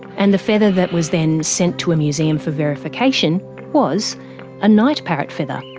and the feather that was then sent to a museum for verification was a night parrot feather.